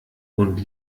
und